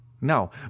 Now